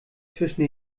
zwischen